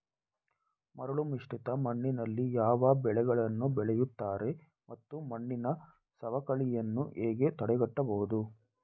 ಮರಳುಮಿಶ್ರಿತ ಮಣ್ಣಿನಲ್ಲಿ ಯಾವ ಬೆಳೆಗಳನ್ನು ಬೆಳೆಯುತ್ತಾರೆ ಮತ್ತು ಮಣ್ಣಿನ ಸವಕಳಿಯನ್ನು ಹೇಗೆ ತಡೆಗಟ್ಟಬಹುದು?